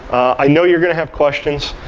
i know you're going to have questions.